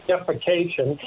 Defecation